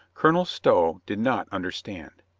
colonel stow did not understand.